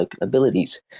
abilities